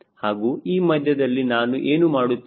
ಹಾಗೂ ಈ ಮಧ್ಯದಲ್ಲಿ ನಾನು ಏನು ಮಾಡುತ್ತಿದ್ದೇನೆ